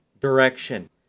direction